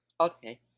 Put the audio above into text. Okay